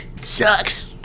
sucks